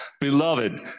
beloved